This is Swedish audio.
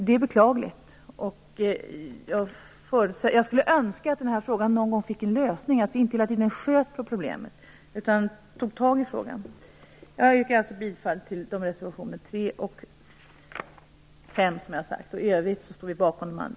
Det är beklagligt. Jag skulle önska att den här frågan någon gång fick en lösning, att vi inte hela tiden sköt på problemet utan tog tag i frågan. Jag yrkar alltså bifall till reservationerna 3 och 5. Och vi står bakom våra övriga reservationer.